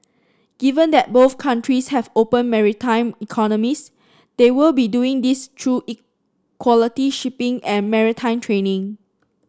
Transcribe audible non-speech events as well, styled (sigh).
given that both countries have open maritime economies they will be doing this through (unintelligible) quality shipping and maritime training